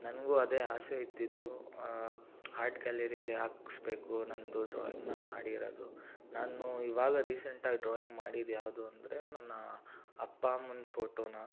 ನನಗೂ ಅದೇ ಆಸೆ ಇದ್ದಿತ್ತು ಹಾರ್ಟ್ ಗ್ಯಾಲರಿಯಲ್ಲಿ ಹಾಕ್ಸ್ಬೇಕು ನಂದು ಡ್ರಾಯಿಂಗ್ ನಾನು ಮಾಡಿರೋದು ನಾನು ಇವಾಗ ರಿಸೆಂಟಾಗಿ ಡ್ರಾಯಿಂಗ್ ಮಾಡಿದ್ದು ಯಾವುದು ಅಂದರೆ ನನ್ನ ಅಪ್ಪ ಅಮ್ಮನ ಫೋಟೋನ್ನ